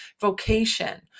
vocation